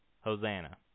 Hosanna